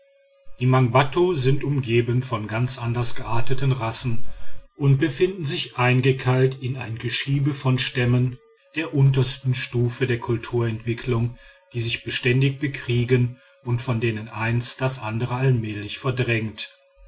die mangbattu sind umgeben von ganz anders gearteten rassen und befinden sich eingekeilt in ein geschiebe von stämmen der untersten stufe der kulturentwicklung die sich beständig bekriegen und von denen eines das andere allmählich verdrängt